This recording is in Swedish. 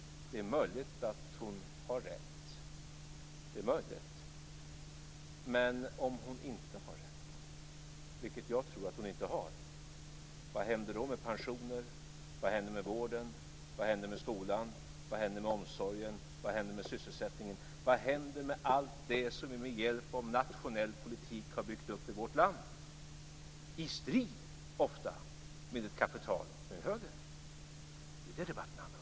Det är möjligt att hon har rätt. Det är möjligt. Men vad händer med pensioner, med vården, med skolan, med omsorgen och med sysselsättningen om hon inte har rätt, vilket jag tror att hon inte har? Vad händer med allt det som vi med hjälp av nationell politik har byggt upp i vårt land i strid, ofta, med ett kapital och med en höger? Det är det debatten handlar om.